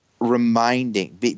reminding